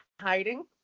hiding